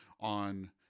on